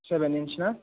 seven inch ना